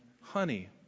honey